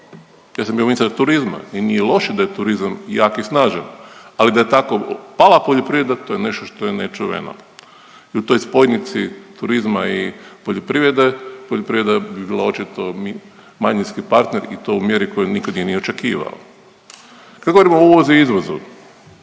Ja sam bio ministar turizma i nije loše da je turizam jak i snažan, ali da je tako pala poljoprivreda to je nešto što je nečuveno. I u toj spojnici turizma i poljoprivrede, poljoprivreda bi bila očito mi… manjinski partner i to u mjeru koju nitko nije ni očekivao. Kad govorimo o uvozu i izvozu,